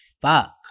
fuck